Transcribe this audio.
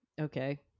Okay